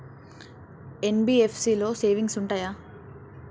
NBFC లో savings ఉంటయా?